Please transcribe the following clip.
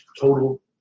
total